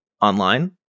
online